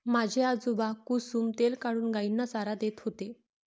माझे आजोबा कुसुम तेल काढून गायींना चारा देत होते